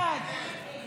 50 בעד, 56 נגד.